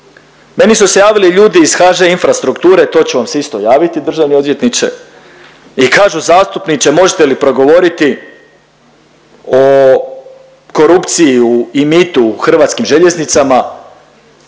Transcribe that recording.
Meni su se javili ljudi iz HŽ-Infrastrukture, to ću vam se isto javiti državni odvjetniče i kažu zastupniče možete li progovoriti o korupciji u, i mitu u HŽ-u i kako oni mi